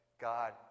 God